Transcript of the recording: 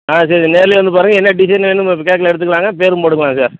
ஆ சரி நேர்லேயே வந்துப் பாருங்கள் என்ன டிசைன் வேணும் கேக்கில் எடுத்துக்கலாங்க பேரும் போட்டுக்கலாங்க சார்